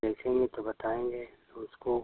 देखेंगे तो बताएँगे उसको